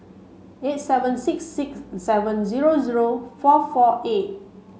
eight seven six six seven zero zero four four eight